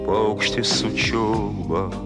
paukštis sučiulba